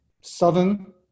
Southern